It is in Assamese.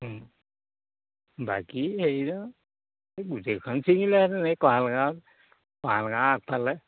বাকী হেৰি গোটেইখন ছিঙিলে সেই নাই আগফালে